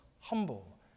humble